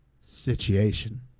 situation